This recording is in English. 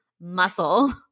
muscle